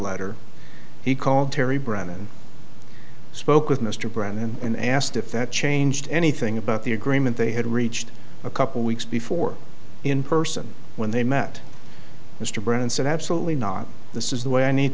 letter he called terry brown and spoke with mr brennan and asked if that changed anything about the agreement they had reached a couple weeks before in person when they met mr brennan said absolutely not this is the way i need